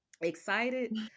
excited